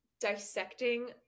dissecting